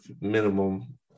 minimum